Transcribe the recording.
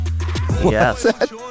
yes